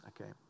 okay